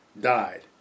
died